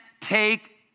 take